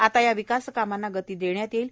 आता या विकासकामांना गती देण्यात येईल